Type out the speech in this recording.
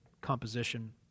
composition